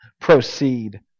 proceed